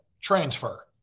Transfer